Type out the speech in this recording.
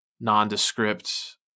nondescript